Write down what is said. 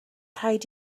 rhaid